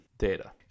data